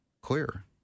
clear